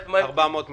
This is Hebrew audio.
אחר כך מ-100 מיליון.